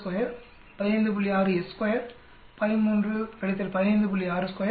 6 s2 19 15